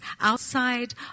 outside